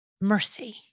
Mercy